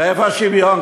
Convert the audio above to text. ואיפה השוויון?